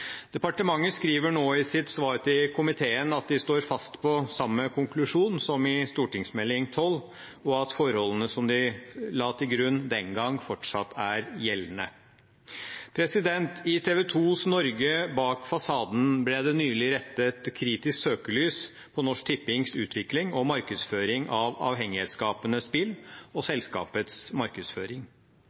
Departementet skriver nå i sitt svar til komiteen at de står fast på samme konklusjon som i Meld. St. 12 for 2016–2017, og at forholdene som de la til grunn den gang, fortsatt er gjeldende. I TV 2s «Norge bak fasaden» ble det nylig rettet kritisk søkelys mot Norsk Tippings utvikling og markedsføring av avhengighetsskapende spill og selskapets markedsføring.